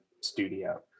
studio